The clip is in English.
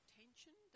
tension